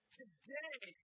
today